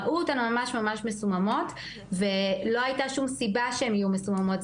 ראו אותן ממש ממש מסוממות ולא הייתה שום סיבה שהן יהיו מסוממות,